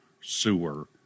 sewer